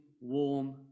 warm